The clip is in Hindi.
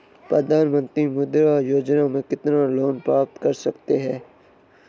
प्रधानमंत्री मुद्रा योजना में कितना लोंन प्राप्त कर सकते हैं?